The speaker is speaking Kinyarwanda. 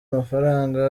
amafaranga